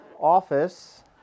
office